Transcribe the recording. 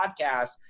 podcast